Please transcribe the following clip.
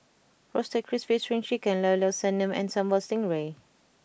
Roasted Crispy Spring Chicken Llao Llao Sanum and Sambal Stingray